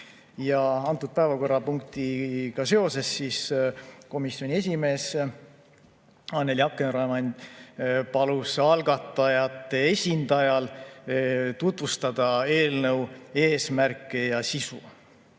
Antud päevakorrapunktiga seoses palus komisjoni esimees Annely Akkermann algatajate esindajal tutvustada eelnõu eesmärke ja sisu.